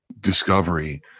Discovery